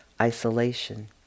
isolation